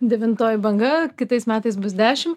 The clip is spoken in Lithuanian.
devintoji banga kitais metais bus dešim